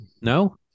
No